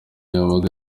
yabaga